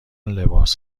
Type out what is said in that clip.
لباس